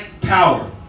power